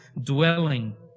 dwelling